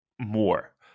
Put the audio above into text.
more